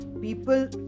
people